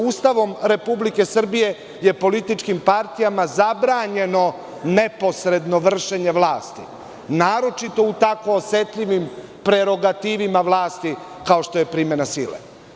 Ustavom Republike Srbije je političkim partijama zabranjeno neposredno vršenje vlasti, naročito u tako osetljivim prerogativima vlasti, kao što je primena sile.